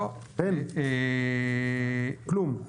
כלום.